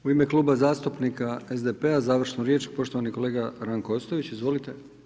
U ime Kluba zastupnika SDP-a, završnu riječ, poštovani kolega Ranko Ostojić, izvolite.